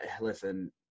Listen